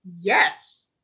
yes